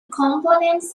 components